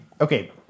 okay